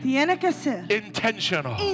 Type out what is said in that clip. intentional